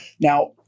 Now